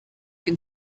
can